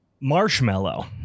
Marshmallow